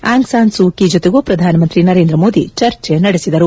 Aung San Suu Kyi ಜತೆಗೂ ಪ್ರಧಾನಮಂತ್ರಿ ನರೇಂದ್ರ ಮೋದಿ ಚರ್ಚೆ ನಡೆಸಿದರು